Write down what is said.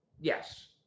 yes